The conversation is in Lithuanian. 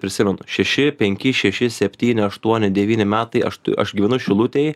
prisimenu šeši penki šeši septyni aštuoni devyni metai aš aš gyvenu šilutėj